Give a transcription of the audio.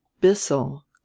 Bissell